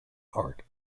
art